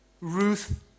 Ruth